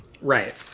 right